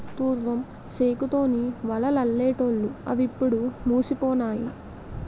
పూర్వం సేకు తోని వలలల్లెటూళ్లు అవిప్పుడు మాసిపోనాయి